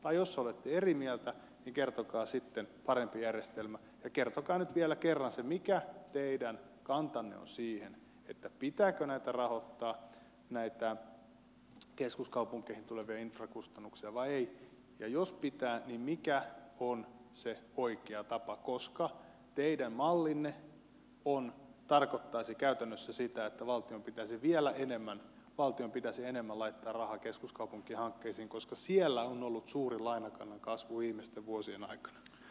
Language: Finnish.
jos olette eri mieltä niin kertokaa sitten parempi järjestelmä ja kertokaa nyt vielä kerran se mikä teidän kantanne on siihen pitääkö rahoittaa näitä keskuskaupunkeihin tulevia infrakustannuksia vai ei ja jos pitää niin mikä on se oikea tapa koska teidän mallinne tarkoittaisi käytännössä sitä että valtion pitäisi vielä enemmän laittaa rahaa keskuskaupunkihankkeisiin koska siellä on ollut suuri lainakannan kasvu viimeisten vuosien aikana